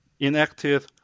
enacted